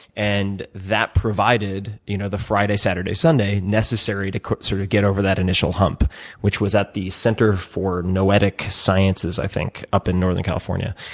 and that provided you know the friday, saturday, sunday to sort of get over that initial hump which was at the center for noetic sciences, i think, up in northern california.